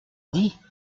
dit